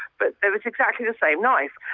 but it was exactly the same knife.